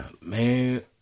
Man